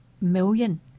million